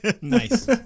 Nice